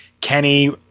Kenny